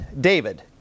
David